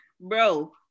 bro